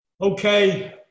Okay